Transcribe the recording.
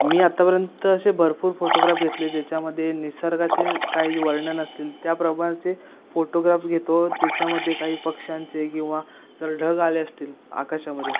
मी आतापर्यंत असे भरपूर फोटोग्राफ घेतले ज्याच्यामध्ये निसर्गाचे काही जे वर्णन असतील त्या प्रकारचे फोटोग्राफ घेतो त्याच्यामध्येकाही पक्षांचे किंवा ढग आले असतील आकाशामध्ये